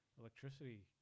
electricity